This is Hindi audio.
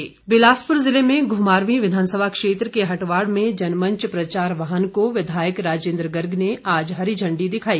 जनमंच बिलासपुर ज़िले में घुमारवीं विधानसभा क्षेत्र के हटवाड़ में जनमंच प्रचार वाहन को विधायक राजेन्द्र गर्ग ने आज हरी झण्डी दिखाई